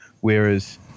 Whereas